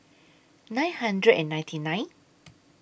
nine hundred and ninety nine